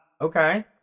Okay